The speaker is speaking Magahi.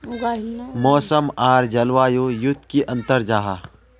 मौसम आर जलवायु युत की अंतर जाहा?